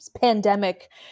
pandemic